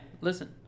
listen